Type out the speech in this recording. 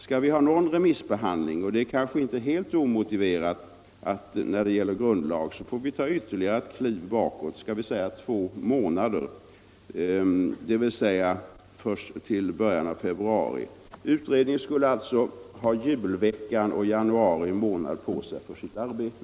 Skall vi ha någon remissbehandling — och det är kanske inte helt omotiverat när det gäller grundlagsändring — får vi ta ytterligare ett kliv bakåt, skall vi säga två månader, dvs. till början av februari. Utredningen skulle alltså ha julveckan och januari månad på sig för sitt arbete.